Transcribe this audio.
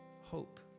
hope